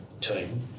team